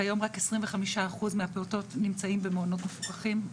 כיום רק 25% מהפעוטות נמצאים במעונות מפוקחים,